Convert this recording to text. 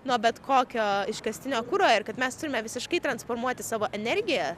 nuo bet kokio iškastinio kuro ir kad mes turime visiškai transformuoti savo energiją